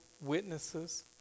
witnesses